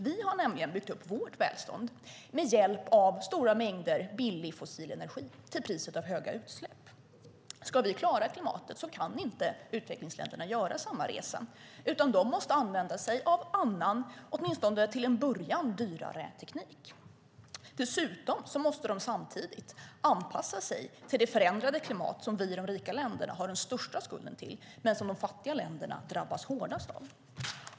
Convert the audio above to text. Vi har nämligen byggt upp vårt välstånd med hjälp av stora mängder billig fossil energi till priset av stora utsläpp. Ska vi klara klimatet kan utvecklingsländerna inte göra samma resa, utan de måste använda sig av annan, åtminstone till en början, dyrare teknik. Dessutom måste de samtidigt anpassa sig till det förändrade klimat som vi i de rika länderna har den största skulden till, men som de fattiga länderna drabbas hårdast av.